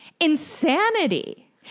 insanity